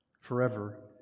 forever